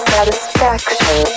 Satisfaction